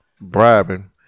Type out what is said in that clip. bribing